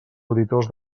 auditors